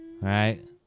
Right